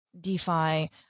DeFi